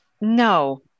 No